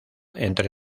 entre